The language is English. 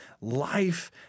life